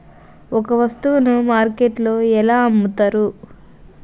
ఒక వస్తువును మార్కెట్లో ఎలా అమ్ముతరు?